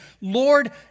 Lord